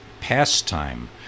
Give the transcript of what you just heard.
pastime